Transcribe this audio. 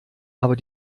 aber